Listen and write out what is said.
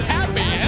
Happy